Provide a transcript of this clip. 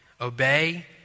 Obey